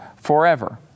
forever